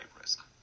risk